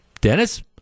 Dennis